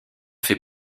fait